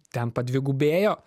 ten padvigubėjo